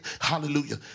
hallelujah